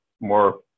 more